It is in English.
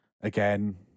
again